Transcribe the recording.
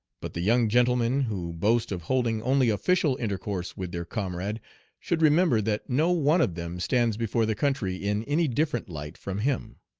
but the young gentlemen who boast of holding only official intercourse with their comrade should remember that no one of them stands before the country in any different light from him.